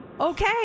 Okay